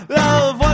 love